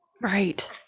Right